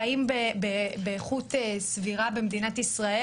חיים באיכות סבירה במדינת ישראל.